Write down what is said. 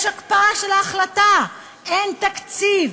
יש הקפאה של ההחלטה, אין תקציב.